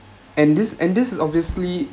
and this and this is obviously